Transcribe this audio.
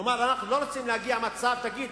כלומר, אנחנו לא רוצים להגיע למצב שתגיד: